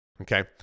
Okay